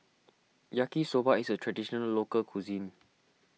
Yaki Soba is a Traditional Local Cuisine